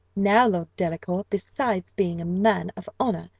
now, lord delacour, besides being a man of honour,